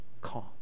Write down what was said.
calm